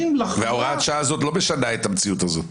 והוראת השעה הזאת לא משנה את המציאות הזאת.